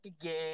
again